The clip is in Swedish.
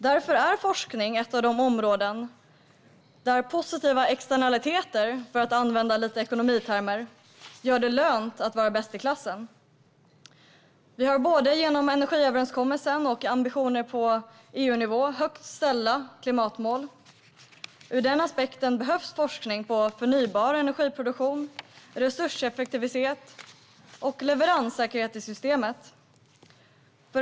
Därför är forskning ett av de områden där positiva externaliteter, för att använda lite ekonomitermer, gör det lönt att vara bäst i klassen. Vi har genom både energiöverenskommelsen och ambitioner på EU-nivå högt ställda klimatmål. Ur den aspekten behövs forskning på förnybar energiproduktion, resurseffektivitet och leveranssäkerhet i systemet.